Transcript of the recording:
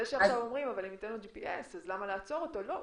זה שעכשיו אומרים: אם ניתן לו GPS אז למה לעצור אותו לא,